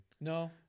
No